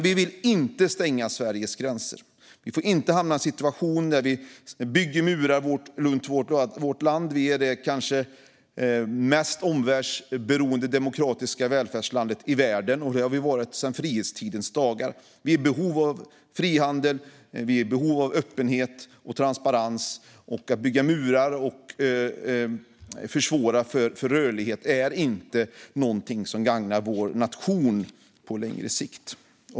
Vi vill dock inte stänga Sveriges gränser. Vi vill inte hamna i en situation där vi bygger murar runt vårt land. Vi är kanske det mest omvärldsberoende demokratiska välfärdslandet i världen, och det har vi varit sedan frihetstidens dagar. Vi är i behov av frihandel, öppenhet och transparens. Att bygga murar och försvåra för rörlighet är inte något som gagnar vår nation på längre sikt.